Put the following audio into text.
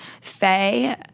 Faye